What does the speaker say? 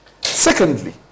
secondly